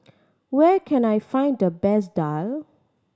where can I find the best daal